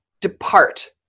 depart